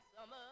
Summer